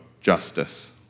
justice